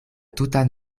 tutan